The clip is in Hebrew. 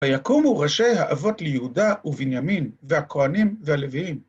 ויקומו ראשי האבות ליהודה ובנימין, והכהנים והלוויים.